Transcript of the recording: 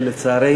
גילאון,